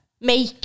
make